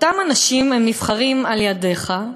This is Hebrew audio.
אותם אנשים נבחרים על-ידיך,